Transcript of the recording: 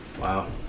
wow